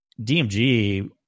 dmg